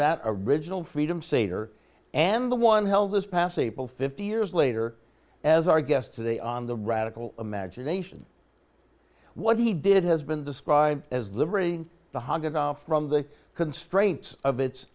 that original freedom seder and the one held this past april fifty years later as our guest today on the radical imagination what he did has been described as the ring to hug it off from the constraints of its